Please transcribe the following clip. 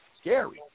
scary